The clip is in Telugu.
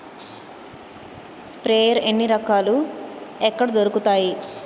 స్ప్రేయర్ ఎన్ని రకాలు? ఎక్కడ దొరుకుతాయి?